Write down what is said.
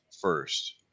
first